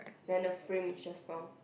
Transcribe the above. then the frame is just brown